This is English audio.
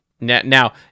Now